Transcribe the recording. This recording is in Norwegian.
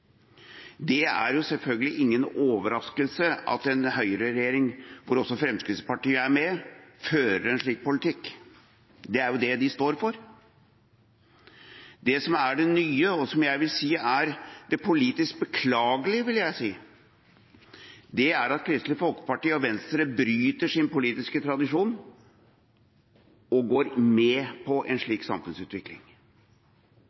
det er jo det de står for. Det som er det nye, og som jeg vil si er det politisk beklagelige, er at Kristelig Folkeparti og Venstre bryter med sin politiske tradisjon og går med på en slik samfunnsutvikling.